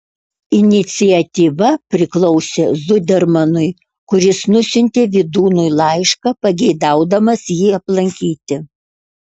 iniciatyva priklausė zudermanui kuris nusiuntė vydūnui laišką pageidaudamas jį aplankyti